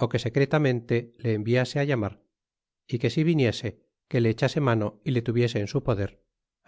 cacamatzin que secreta mente le enviase llamar y que si viniese que le echase mano y le tuviesen en su poder